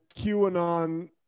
QAnon